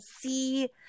see